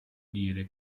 dire